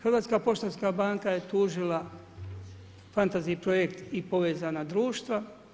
Hrvatska poštanska banka je tužila Fantasy projekt i povezana društva.